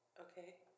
Okay